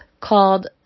called